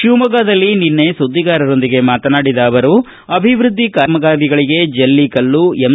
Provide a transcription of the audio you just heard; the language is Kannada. ಶಿವಮೊಗ್ಗದಲ್ಲಿ ನಿನ್ನೆ ಸುದ್ವಿಗಾರರೊಂದಿಗೆ ಮಾತನಾಡಿದ ಅವರು ಅಭಿವೃದ್ದಿ ಕಾಮಗಾರಿಗಳಿಗೆ ಜಲ್ಲಿ ಕಲ್ಲು ಎಂ